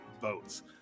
votes